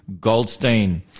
Goldstein